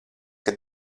kad